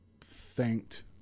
thanked